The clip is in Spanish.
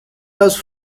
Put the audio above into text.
los